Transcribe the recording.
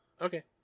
okay